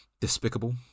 despicable